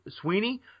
Sweeney